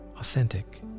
authentic